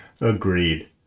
Agreed